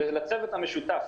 הצוות המשותף,